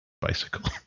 Bicycle